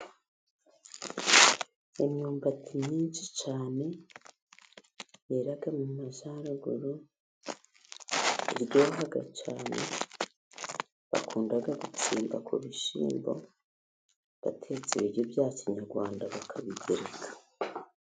Imyumbati myinshi cyane yera mu Majyaruguru iryohaha cyane. Bakunda gutsimba ku bishyimbo batetse ibiryo bya kinyarwanda bakabigereka.